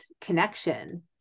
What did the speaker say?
connection